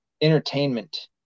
entertainment